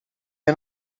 een